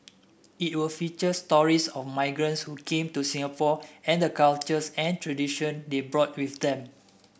it will feature stories of migrants who came to Singapore and the cultures and tradition they brought with them